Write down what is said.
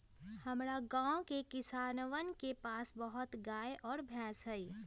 हमरा गाँव के किसानवन के पास बहुत गाय और भैंस हई